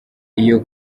iyo